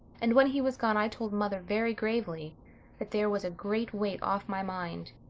and when he was gone i told mother very gravely that there was a great weight off my mind,